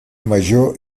major